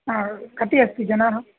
कति अस्ति जनाः